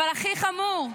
אבל הכי חמור,